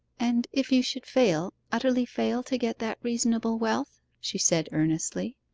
and if you should fail utterly fail to get that reasonable wealth she said earnestly,